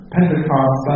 Pentecost